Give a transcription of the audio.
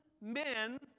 men